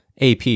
AP